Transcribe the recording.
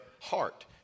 heart